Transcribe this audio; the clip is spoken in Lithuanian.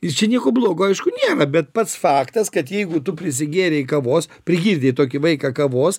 ir čia nieko blogo aišku nėra bet pats faktas kad jeigu tu prisigėrei kavos prigirdei tokį vaiką kavos